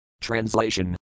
Translation